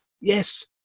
Yes